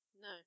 No